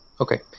Okay